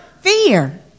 Fear